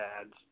ads